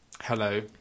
Hello